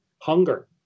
Hunger